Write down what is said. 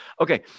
Okay